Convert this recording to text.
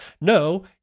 no